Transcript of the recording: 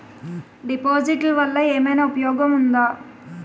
డిపాజిట్లు వల్ల ఏమైనా ఉపయోగం ఉందా?